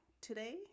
today